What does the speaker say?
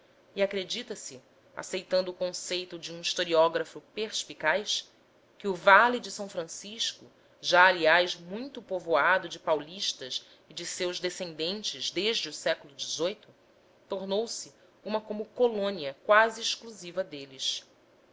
e acredita se aceitando o conceito de um historiógrafo perspicaz que o vale de s francisco já aliás muito povoado de paulistas e de seus descendentes desde o século xvii tornou-se uma como colônia quase exclusiva deles